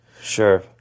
Sure